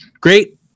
great